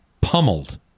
pummeled